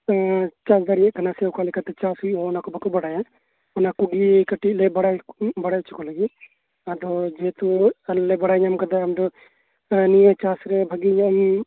ᱠᱟᱱᱟ ᱥᱮ ᱚᱠᱟᱞᱮᱠᱟᱛᱮ ᱪᱟᱥ ᱦᱩᱭᱩᱜᱼᱟ ᱚᱱᱟᱠᱚ ᱵᱟᱠᱚ ᱵᱟᱲᱟᱭᱟ ᱚᱱᱟᱠᱚᱜᱮ ᱵᱟᱠᱚ ᱵᱟᱲᱟᱭᱟ ᱚᱱᱟᱠᱚᱜᱮ ᱠᱟᱹᱴᱤᱡ ᱞᱮ ᱵᱟᱲᱟᱭ ᱦᱚᱪᱚ ᱠᱚ ᱞᱟᱹᱜᱤᱫ ᱠᱟᱱᱟ ᱟᱫᱚ ᱡᱮᱦᱮᱛᱩ ᱟᱞᱮ ᱞᱮ ᱞᱮᱵᱟᱲᱟᱭ ᱧᱟᱢ ᱠᱟᱫᱟ ᱱᱤᱭᱟᱹ ᱪᱟᱥ ᱨᱮᱱᱟᱜ ᱵᱷᱟᱹᱜᱤ ᱚᱠᱚᱡ ᱟᱢᱮᱢ ᱵᱩᱡᱷᱟᱹᱣ ᱧᱟᱢ ᱫᱟᱲᱮ ᱠᱟᱣᱫᱟ